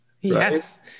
Yes